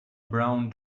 brown